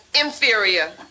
inferior